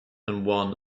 one